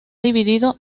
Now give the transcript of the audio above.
dividido